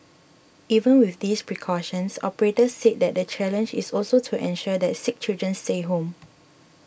even with these precautions operators said the challenge is also to ensure that sick children stay home